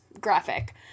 graphic